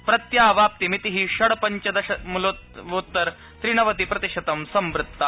प्रत्यावाप्तिमिति षड् पञ्चदशमलवोत्तर त्रिनवति प्रतिशतं संवृत्ता